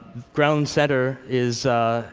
ground center is